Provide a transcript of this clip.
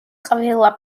ყველა